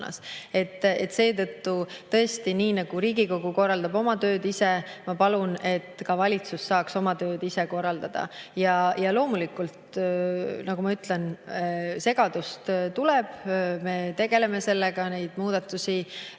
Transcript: Seetõttu tõesti, nii nagu Riigikogu korraldab oma tööd ise, ma palun, et ka valitsus saaks oma tööd ise korraldada. Loomulikult, nagu ma ütlesin, segadust tuleb. Me tegeleme sellega. Neid muudatusi